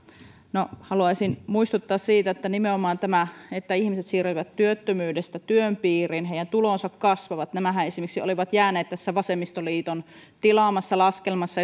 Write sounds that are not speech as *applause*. no haluaisin muistuttaa siitä että nimenomaan tämä että ihmiset siirtyvät työttömyydestä työn piiriin johtaa siihen että heidän tulonsa kasvavat nämähän esimerkiksi olivat jääneet tässä vasemmistoliiton eduskunnan tietopalvelusta tilaamassa laskelmassa *unintelligible*